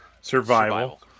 Survival